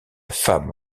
femme